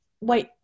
wait